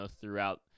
throughout